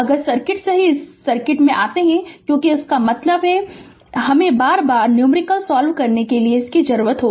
अगर सर्किट से ही सर्किट में आते हैं क्योंकि इसका इस्तेमाल हमें बार बार न्यूमेरिकल सॉल्व करने के लिए करना पड़ता है